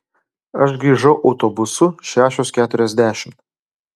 aš grįžau autobusu šešios keturiasdešimt